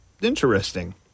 interesting